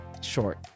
Short